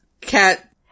cat